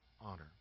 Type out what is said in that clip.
honor